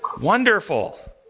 Wonderful